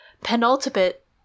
penultimate